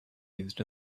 used